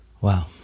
wow